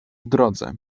drodze